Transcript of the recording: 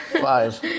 Five